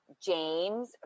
james